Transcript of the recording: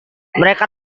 mereka